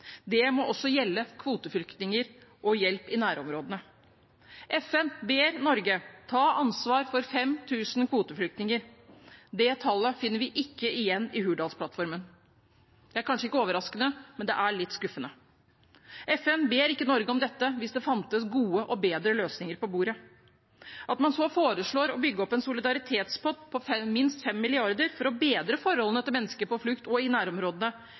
Det må også gjelde kvoteflyktninger og hjelp i nærområdene. FN ber Norge om å ta ansvar for 5 000 kvoteflyktninger. Det tallet finner vi ikke igjen i Hurdalsplattformen. Det er kanskje ikke overraskende, men det er litt skuffende. FN ber ikke Norge om dette hvis det finnes gode og bedre løsninger på bordet. At man så foreslår å bygge opp en solidaritetspott på minst 5 mrd. kr for å bedre forholdene til mennesker på flukt og i nærområdene,